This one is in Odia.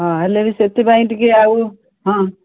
ହଁ ହେଲେ ବି ସେଥିପାଇଁ ଟିକେ ଆଉ ହଁ